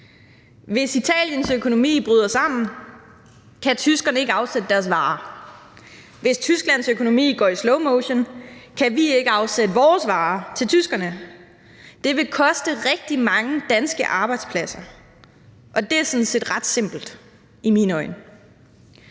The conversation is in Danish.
Hvis Italiens økonomi bryder sammen, kan tyskerne ikke afsætte deres varer, og hvis Tysklands økonomi går i slowmotion, kan vi ikke afsætte vores varer til tyskerne. Det vil koste rigtig mange danske arbejdspladser, og det er sådan set ret simpelt i mine øjne.